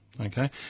okay